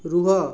ରୁହ